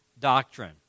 doctrine